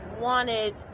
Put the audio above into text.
Wanted